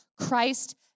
Christ